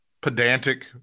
pedantic